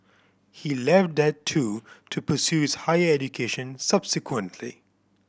he left that too to pursue his higher education subsequently